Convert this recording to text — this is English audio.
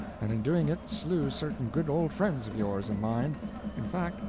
and in doing it slew certain good old friends of yours and mine in fact,